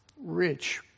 Rich